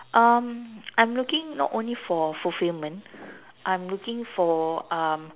um I'm looking not only for fulfilment I'm looking for um